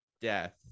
death